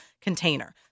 container